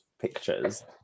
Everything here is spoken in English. pictures